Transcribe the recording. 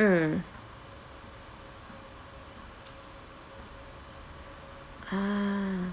mm ah